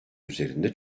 üzerinde